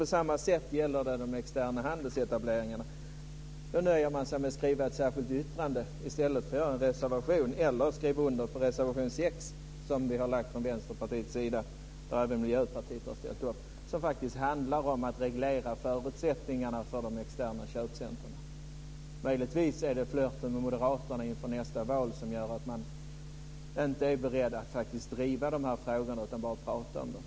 På samma sätt är det med de externa handelsetableringarna, där man nöjer sig med att avge ett särskilt yttrande men inte vill reservera sig eller skriva under på reservation 6, som vi från Vänsterpartiet har avgivit. Miljöpartiet har ställt sig bakom denna reservation, som handlar om att reglera förutsättningarna för de externa köpcentrumen. Möjligtvis är det flirten med moderaterna inför nästa val som gör att kd inte är beredd att faktiskt driva de här frågorna utan bara vill prata om dem.